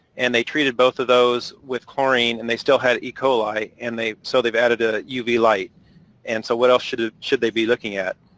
and they treated both of those with chlorine and they still had e. coli. and so they've added a uv light and so what else should ah should they be looking at?